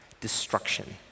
destruction